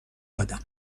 دادم